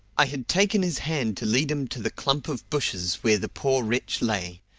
i had taken his hand to lead him to the clump of bushes where the poor wretch lay,